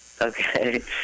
Okay